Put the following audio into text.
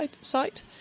site